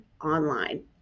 online